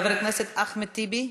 חבר הכנסת אחמד טיבי,